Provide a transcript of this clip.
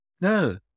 No